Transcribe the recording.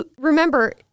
Remember